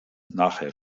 nachher